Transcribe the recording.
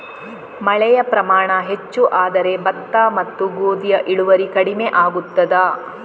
ಮಳೆಯ ಪ್ರಮಾಣ ಹೆಚ್ಚು ಆದರೆ ಭತ್ತ ಮತ್ತು ಗೋಧಿಯ ಇಳುವರಿ ಕಡಿಮೆ ಆಗುತ್ತದಾ?